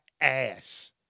ass